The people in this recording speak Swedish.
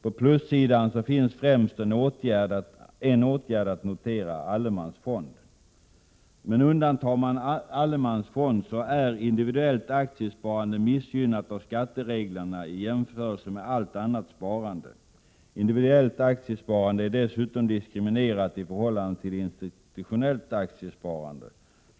På plussidan finns främst en åtgärd att notera: allemansfond: Allemansfond undantaget är individuellt aktiesparande missgynnat av skattereglerna i jämförelse med allt annat sparande. Individuellt aktiesparande är dessutom diskriminerat i förhållande till institutionellt aktiesparande.